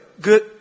good